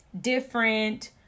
different